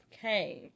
came